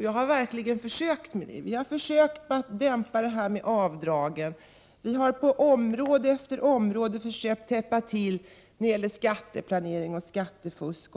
Jag har försökt med det. Vi har försökt dämpa avdragen. Vi har på område efter område försökt att täppa till luckor när det gäller skatteplanering och skattefusk.